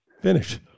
finish